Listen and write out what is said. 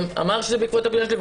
וגם אמר שבעקבות הפניה שלי,